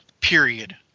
Period